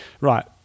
Right